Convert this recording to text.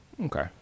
okay